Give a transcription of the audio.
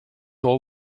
all